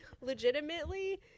legitimately